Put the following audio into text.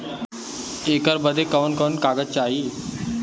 ऐकर बदे कवन कवन कागज चाही?